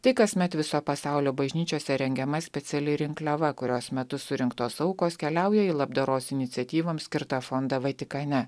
tai kasmet viso pasaulio bažnyčiose rengiama speciali rinkliava kurios metu surinktos aukos keliauja į labdaros iniciatyvoms skirtą fondą vatikane